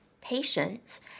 patience